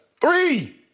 Three